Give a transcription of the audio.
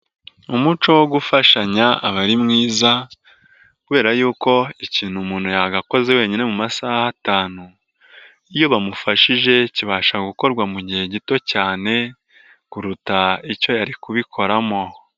Umuco wo gufashanya aba ari mwiza kubera yuko ikintu umuntu yagakoze wenyine mu masaha atanu, iyo bamufashije kibasha gukorwa mu gihe gito cyane kuruta icyo yari kubikoramo.